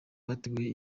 bateguye